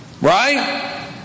Right